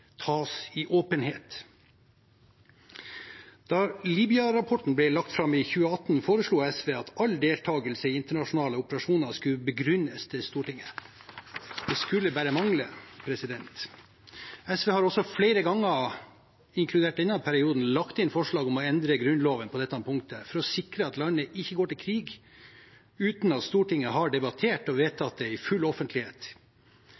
tas i åpenhet. Da Libya-rapporten ble lagt fram i 2018, foreslo SV at all deltakelse i internasjonale operasjoner skal begrunnes til Stortinget. Det skulle bare mangle. SV har også flere ganger, inkludert denne perioden, lagt inn forslag om å endre Grunnloven på dette punktet, for å sikre at landet ikke går til krig uten at Stortinget har debattert og